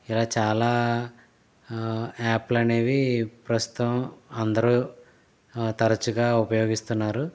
ఇలా చాలా యాప్లనేవి ప్రస్తుతం అందరూ తరచుగా ఉపయోగిస్తున్నారు